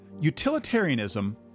utilitarianism